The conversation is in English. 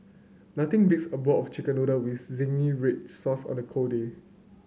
nothing beats a bowl of chicken noodle with zingy red sauce on a cold day